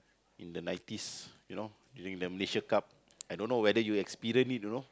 in the nineties you know during the Malaysia-Cup I don't know whether you experience it you know